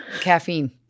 caffeine